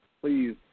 Please